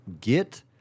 Get